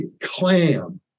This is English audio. clam